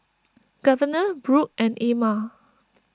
Governor Brook and Ilma